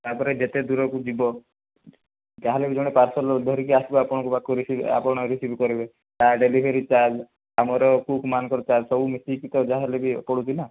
ତାପରେ ଯେତେ ଦୂରକୁ ଯିବ ଯାହେଲେବି ଜଣେ ପାର୍ସଲ ଧରିକି ଆସିବ ଆପଣଙ୍କ ପାଖକୁ ରି ଆପଣ ରିସିଭ କରିବେ ତା ଡେଲିଭରି ଚାର୍ଜ ଆମର କୁକ୍ ମାନଙ୍କର ଚାର୍ଜ ସବୁ ମିଶେଇକି ତ ଯାହା ହେଲେବି ପଡ଼ୁଛି ନା